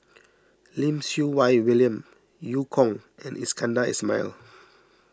Lim Siew Wai William Eu Kong and Iskandar Ismail